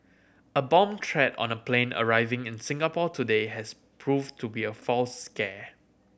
a bomb threat on a plane arriving in Singapore today has proved to be a false scare